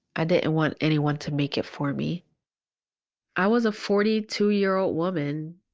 i didn't want anyone to make it for me i was a forty two year old woman,